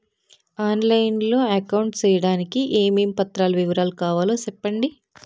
On line లో account సేయడానికి ఏమేమి పత్రాల వివరాలు కావాలో సెప్పండి?